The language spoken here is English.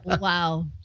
wow